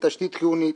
כתשתית חיונית.